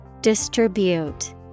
Distribute